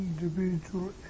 individual